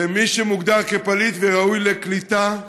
למי שמוגדר כפליט וראוי לקליטה,